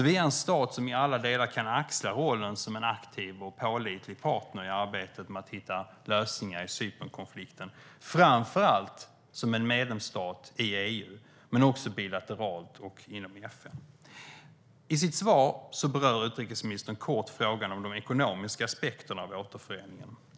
Vi är en stat som i alla delar kan axla rollen som en aktiv och pålitlig partner i arbetet med att hitta lösningar i Cypernkonflikten, framför allt som en medlemsstat i EU men också bilateralt och inom FN. I sitt svar berör utrikesministern kort frågan om de ekonomiska aspekterna av återföreningen.